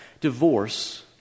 divorce